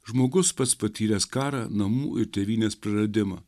žmogus pats patyręs karą namų ir tėvynės praradimą